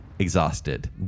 Exhausted